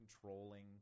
controlling